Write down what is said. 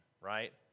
right